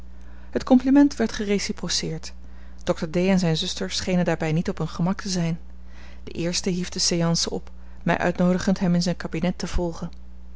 het compliment werd gereciproceerd dokter d en zijne zuster schenen daarbij niet op hun gemak te zijn de eerste hief de séance op mij uitnoodigend hem in zijn kabinet te volgen